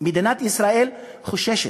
מדינת ישראל חוששת,